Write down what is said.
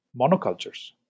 monocultures